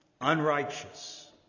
unrighteous